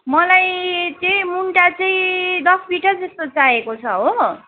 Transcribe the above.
मलाई त्यही मुन्टा चाहिँ दस बिटा जस्तो चाहिएको छ हो